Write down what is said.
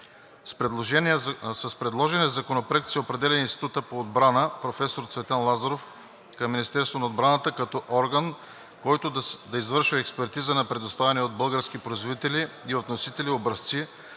С предложения законопроект се определя Институтът по отбрана „Професор Цветан Лазаров“ към Министерството на отбраната като орган, който да извършва експертиза на предоставени от български производители и вносители образци